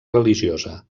religiosa